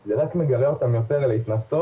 זה רק מגרה אותם יותר להתנסות,